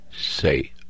say